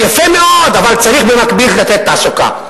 יפה מאוד, אבל במקביל צריך לתת תעסוקה.